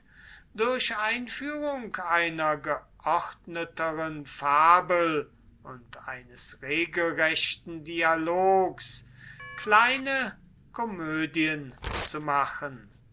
durch einführung einer geordneteren fabel und eines regelrechten dialogs kleine komödien zu machen